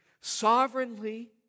sovereignly